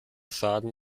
schaden